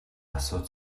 асууж